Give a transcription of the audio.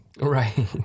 Right